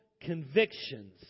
convictions